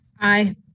Aye